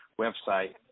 website